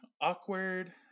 awkward